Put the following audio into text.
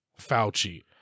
Fauci